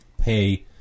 pay